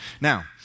Now